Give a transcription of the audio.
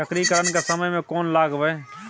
चक्रीकरन के समय में कोन लगबै?